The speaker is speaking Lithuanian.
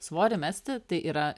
svorį mesti tai yra